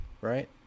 right